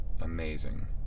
amazing